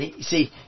See